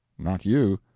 not you.